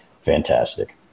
fantastic